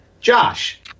Josh